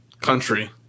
country